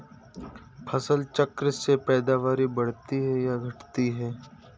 फसल चक्र से पैदावारी बढ़ती है या घटती है?